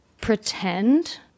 pretend